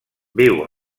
viu